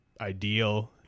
ideal